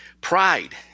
Pride